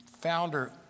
founder